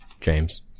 James